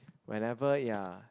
whenever ya